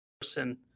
person